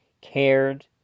cared